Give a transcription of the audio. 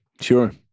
Sure